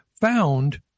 found